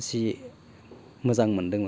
जि मोजां मोन्दोंमोन